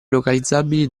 localizzabili